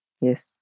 Yes